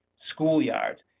school yards,